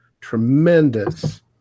tremendous